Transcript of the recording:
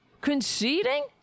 conceding